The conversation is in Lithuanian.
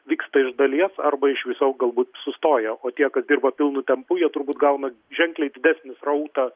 vyksta iš dalies arba iš viso galbūt sustojo o tie kas dirba pilnu tempu jie turbūt gauna ženkliai didesnį srautą